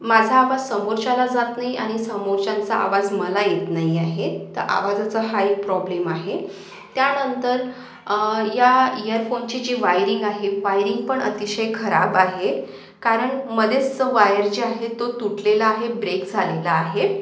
माझा आवाज समोरच्याला जात नाही आणि समोरच्यांचा आवाज मला येत नाही आहे तर आवाजाचा हा एक प्रॉब्लेम आहे त्यानंतर या इअरफोनची जी वायरिंग आहे वायरिंग पण अतिशय खराब आहे कारण मध्येस तो वायर जी आहे तो तुटलेला आहे ब्रेक झालेला आहे